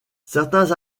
certains